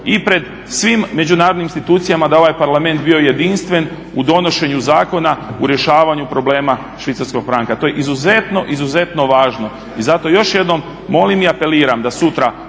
i pred svim međunarodnim institucijama da ovaj Parlament je bio jedinstven u donošenju zakona u rješavanju problema švicarskog franka. To je izuzetno, izuzetno važno. I zato još jednom molim i apeliram da sutra